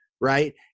right